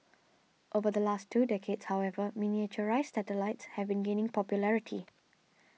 over the last two decades however miniaturised satellites have been gaining popularity